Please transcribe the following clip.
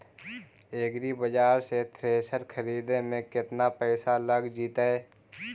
एग्रिबाजार से थ्रेसर खरिदे में केतना पैसा लग जितै?